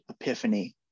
epiphany